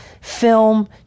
film